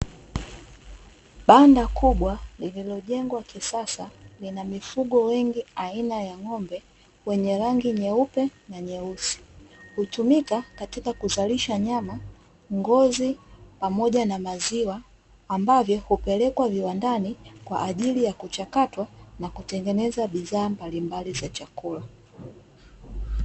Banda kubwa lililojengwa kisasa lina mifugo wengi aina ya ng'ombe wenye rangi nyeupe na nyeusi, hutumika katika kuzalisha nyama, ngozi pamoja na maziwa ambavyo hupelekwa viwandani kwa ajili ya kuchakatwa na kutengeneza bidhaa mbalimbali za chakula.